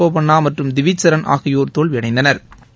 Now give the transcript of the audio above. போப்பண்ணா மற்றும் திவிஜ் சரண் ஆகியோர் தோல்வியடைந்தனா்